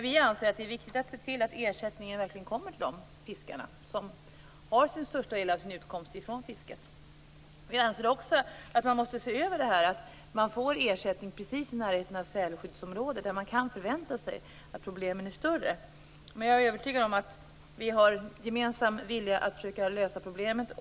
Vi anser att det är viktigt att ersättningen verkligen kommer till de fiskare som har den största delen av sin utkomst från fisket. Vi anser också att man måste se över detta att man får ersättning precis i närheten av sälskyddsområden där man kan förvänta sig att problemen är större. Jag är övertygad om att vi har en gemensam vilja att försöka lösa problemet.